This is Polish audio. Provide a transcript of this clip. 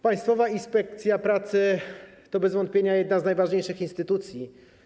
Państwowa Inspekcja Pracy to bez wątpienia jedna z najważniejszych instytucji.